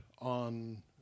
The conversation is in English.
on